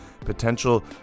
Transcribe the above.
potential